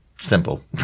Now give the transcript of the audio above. Simple